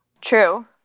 True